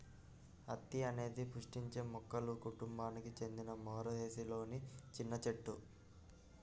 అత్తి అనేది పుష్పించే మొక్కల కుటుంబానికి చెందిన మోరేసిలోని చిన్న చెట్టు